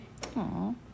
Aww